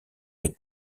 les